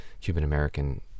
Cuban-American